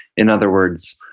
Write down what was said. in other words,